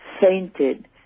fainted